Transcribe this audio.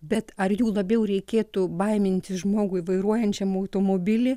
bet ar jų labiau reikėtų baimintis žmogui vairuojančiam automobilį